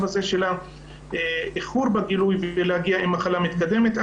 הזה של האיחור בגילוי ולהגיע עם מחלה מתקדמת.